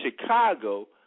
Chicago